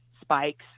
spikes